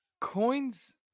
Coins